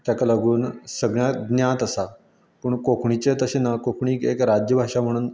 तेका लागून सगल्यांक ज्ञात आसा पूण कोंकणीचें तशें ना कोंकणीक एक राज्यभाशा म्हणून